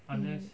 mm